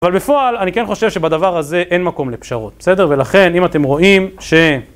אבל בפועל אני כן חושב שבדבר הזה אין מקום לפשרות, בסדר? ולכן, אם אתם רואים ש...